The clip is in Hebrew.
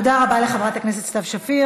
תודה לחברת הכנסת סתיו שפיר.